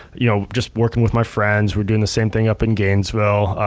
you know just working with my friends, we're doing the same thing up in gainesville,